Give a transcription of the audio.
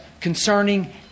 concerning